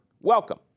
welcome